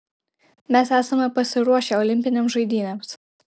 mes esame pasiruošę olimpinėms žaidynėms